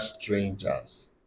strangers